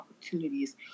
opportunities